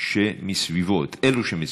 אלו שמסביבו,